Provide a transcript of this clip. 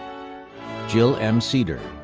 jill m. seader,